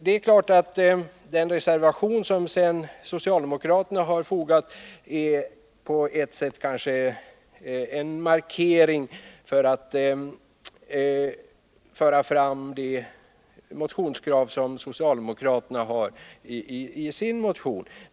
Det är klart att den reservation som socialdemokraterna har fogat vid betänkandet kanske på ett sätt är en markering av de krav som socialdemokraterna har framfört i sin motion.